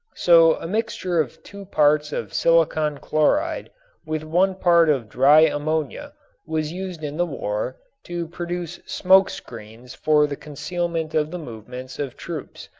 so a mixture of two parts of silicon chloride with one part of dry ammonia was used in the war to produce smoke-screens for the concealment of the movements of troops,